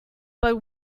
but